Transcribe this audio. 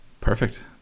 perfect